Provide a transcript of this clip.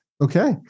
Okay